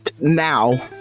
now